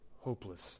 hopeless